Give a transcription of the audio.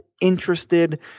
interested